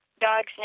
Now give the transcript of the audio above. dog's